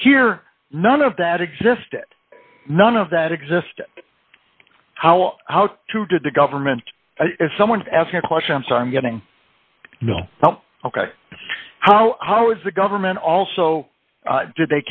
here none of that existed none of that existed how to do the government is someone asking a question so i'm getting ok how how is the government also